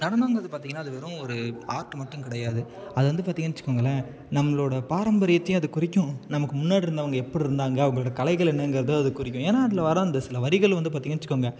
நடனம்ங்கிறது பார்த்திங்கன்னா அது வெறும் ஒரு ஆர்ட் மட்டும் கிடையாது அது வந்து பார்த்தீங்கன்னு வச்சுக்கோங்களேன் நம்மளோட பாரம்பரியத்தையும் அது குறிக்கும் நமக்கு முன்னாடி இருந்தவங்க எப்படி இருந்தாங்க அவங்களோட கலைகள் என்னங்கிறத அது குறிக்கும் ஏன்னா அதில் வர அந்த சில வரிகள் வந்து பார்த்தீங்க வச்சுக்கோங்க